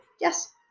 yes